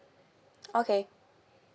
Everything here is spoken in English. okay